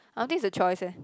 I don't think it's a choice eh